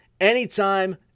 anytime